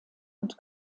und